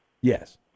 Yes